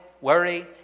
worry